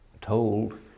told